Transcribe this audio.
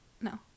No